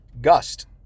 Gust